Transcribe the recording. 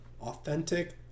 authentic